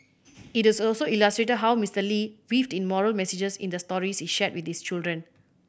it also illustrated how Mister Lee weaved in moral messages in the stories he shared with his children